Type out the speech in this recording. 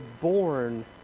born